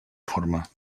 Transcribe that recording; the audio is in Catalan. forma